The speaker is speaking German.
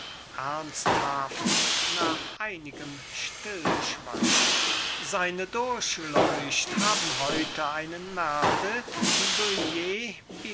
nach einigem stillschweigen seine durchleucht haben heute einen merde